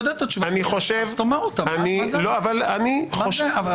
אך שוב, לא מה שההסדר המוצע עושה.